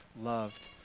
loved